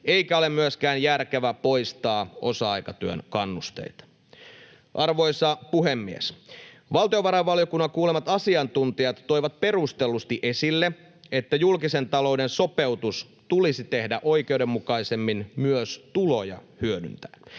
eikä ole myöskään järkevää poistaa osa-aikatyön kannusteita. Arvoisa puhemies! Valtiovarainvaliokunnan kuulemat asiantuntijat toivat perustellusti esille, että julkisen talouden sopeutus tulisi tehdä oikeudenmukaisemmin myös tuloja hyödyntäen.